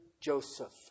Joseph